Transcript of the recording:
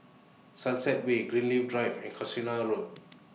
Sunset Way Drive and Casuarina Road